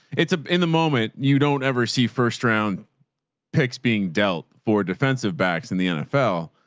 it's ah in the moment you don't ever see first round picks being dealt for defensive backs in the nfl.